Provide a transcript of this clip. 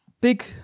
big